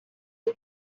این